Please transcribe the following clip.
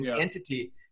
entity